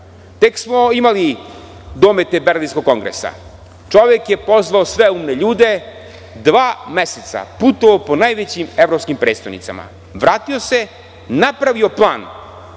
tek smo imali domete Berlinskog kongresa, čovek je pozvao sve umne ljude, dva meseca putovao po najvećim evropskim prestonicama, vratio se, napravio plan